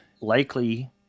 likely